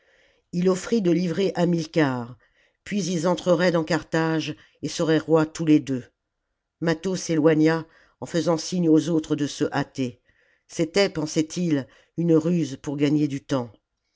ii oîfrit de livrer hamilcar puis ils entreraient dans carthage et seraient rois tous les deux mâtho s'éloigna en faisant signe aux autres de se hâter c'était pensait ii une ruse pour gagner du temps